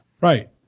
Right